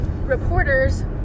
reporters